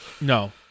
No